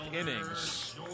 innings